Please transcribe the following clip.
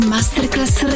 Masterclass